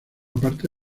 parte